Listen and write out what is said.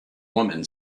woman